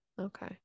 okay